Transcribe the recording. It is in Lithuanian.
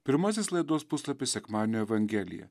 pirmasis laidos puslapis sekmadienio evangelija